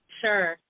sure